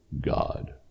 God